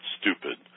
stupid